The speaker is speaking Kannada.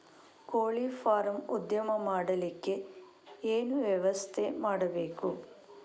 ಕೋಳಿ ಫಾರಂ ಉದ್ಯಮ ಮಾಡಲಿಕ್ಕೆ ಏನು ವ್ಯವಸ್ಥೆ ಮಾಡಬೇಕು?